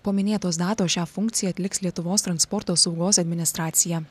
po minėtos datos šią funkciją atliks lietuvos transporto saugos administracija